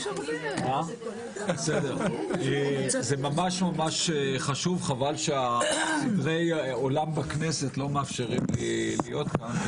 זה ממש חשוב וחבל שסדרי עולם בכנסת לא מאפשרים לי להיות כאן.